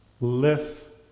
less